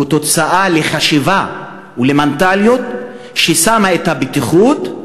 תוצאה של חשיבה ומנטליות ששמה את הבטיחות,